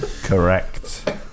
Correct